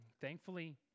Thankfully